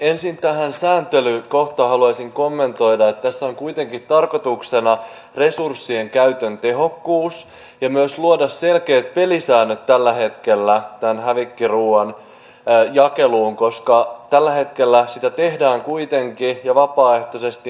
ensin tätä sääntelykohtaa haluaisin kommentoida siten että tässä on kuitenkin tarkoituksena resurssien käytön tehokkuus ja myös selkeiden pelisääntöjen luominen tämän hävikkiruuan jakeluun tällä hetkellä koska tällä hetkellä sitä tehdään kuitenkin jo vapaaehtoisesti